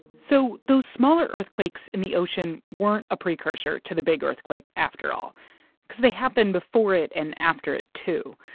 so those smaller earthquakes in the ocean weren't a precursor to the big earthquake after all because they happened before it and after it, too.